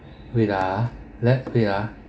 wait ah let's wait ah